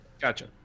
Gotcha